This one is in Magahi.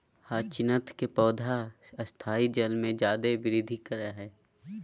ह्यचीन्थ के पौधा स्थायी जल में जादे वृद्धि करा हइ